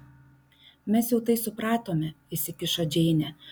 mes jau tai supratome įsikišo džeinė